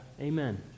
amen